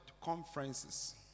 conferences